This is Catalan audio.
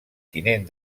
tinent